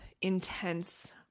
intense